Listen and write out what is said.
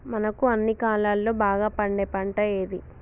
మనకు అన్ని కాలాల్లో బాగా పండే పంట ఏది?